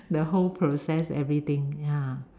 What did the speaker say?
the whole process everything ya